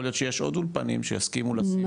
יכול להיות שיש עוד אולפנים שיסכימו לשים 700 אלף שקל.